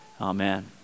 Amen